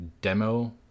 demo